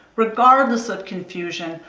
regardless of confusion,